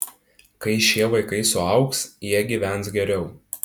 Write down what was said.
kai šie vaikai suaugs jie gyvens geriau